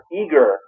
eager